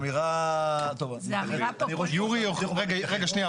רגע, שנייה.